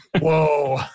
Whoa